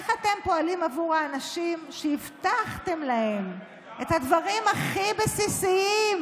איך אתם פועלים בעבור האנשים שהבטחתם להם את הדברים הכי בסיסיים?